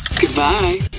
Goodbye